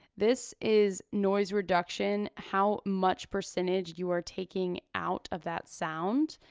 this is noise reduction. how much percentage you are taking out of that sound.